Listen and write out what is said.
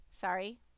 Sorry